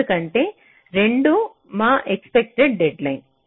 ఎందుకంటే 2 మా expected deadline